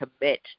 commit